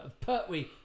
Pertwee